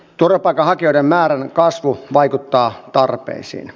turvapaikanhakijoiden määrän kasvu vaikuttaa tarpeisiin